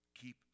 Keep